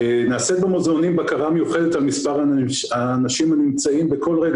נעשית במוזיאונים בקרה מיוחדת על מספר האנשים הנמצאים בכל רגע